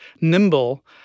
nimble